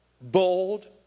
Bold